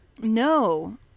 No